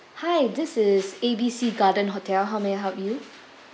hi this is A B C garden hotel how may I help you